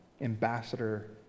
ambassador